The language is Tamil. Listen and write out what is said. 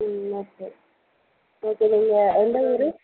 ம் ஓகே ஓகே நீங்கள் எந்த ஊர்